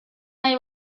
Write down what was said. nahi